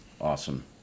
Awesome